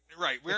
right